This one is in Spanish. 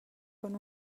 con